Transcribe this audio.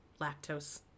lactose